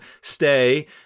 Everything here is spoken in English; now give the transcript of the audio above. stay